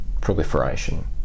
proliferation